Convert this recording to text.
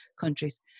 countries